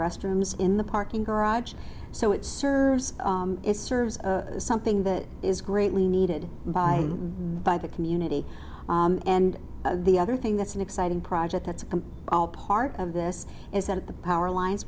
restrooms in the parking garage so it serves as serves of something that is greatly needed by by the community and the other thing that's an exciting project that's all part of this is that the power lines